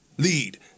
Lead